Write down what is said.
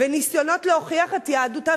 וניסיונות להוכיח את יהדותה,